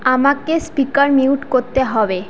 আমাকে speaker mute করতে হবে